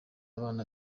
abana